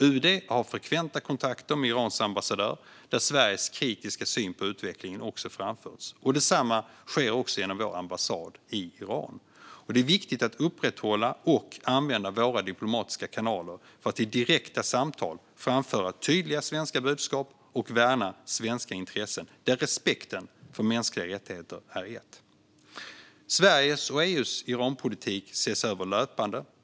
UD har frekventa kontakter med Irans ambassadör där Sveriges kritiska syn på utvecklingen också har framförts. Detsamma sker också genom vår ambassad i Iran. Det är viktigt att upprätthålla och använda våra diplomatiska kanaler för att i direkta samtal framföra tydliga svenska budskap och värna svenska intressen där respekten för mänskliga rättigheter är ett. Sveriges och EU:s Iranpolitik ses över löpande.